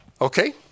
Okay